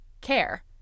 care